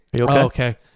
okay